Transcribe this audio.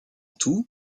tout